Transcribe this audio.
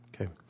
Okay